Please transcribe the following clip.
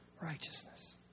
righteousness